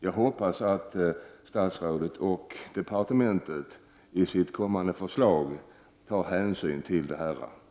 Jag hoppas att statsrådet och departementet i sitt kommande förslag tar hänsyn till det jag nu har framfört.